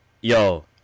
yo